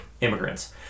immigrants